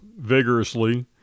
vigorously